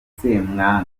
semwanga